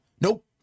Nope